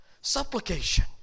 Supplication